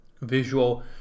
visual